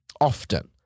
often